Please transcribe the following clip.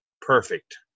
perfect